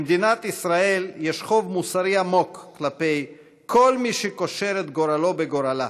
למדינת ישראל יש חוב מוסרי עמוק כלפי כל מי שקושר את גורלו בגורלה,